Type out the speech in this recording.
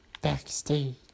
backstage